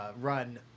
run